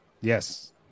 Yes